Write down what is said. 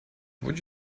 would